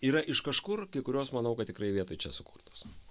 yra iš kažkur kai kurios manau kad tikrai vietoj čia sukurtos